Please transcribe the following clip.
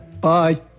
Bye